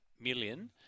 million